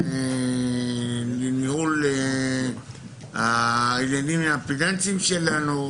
לנהל את העניינים הפיננסיים שלי.